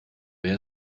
wer